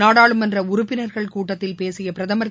நாடாளுமன்ற உறுப்பினர்கள் கூட்டத்தில் பேசிய பிரதமர் திரு